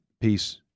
Peace